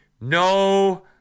No